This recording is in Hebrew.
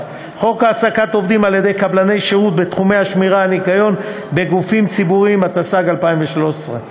בשעת חירום, התשס"ו 2006,